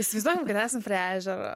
įsivaizduojam kad esam prie ežero